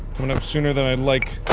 went up sooner than i'd like